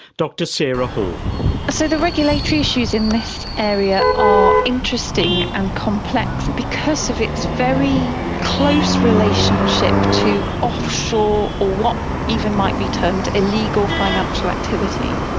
sarah hall so the regulatory issues in this area are interesting and complex because of its very close relationship to offshore or what even might be termed illegal financial activity.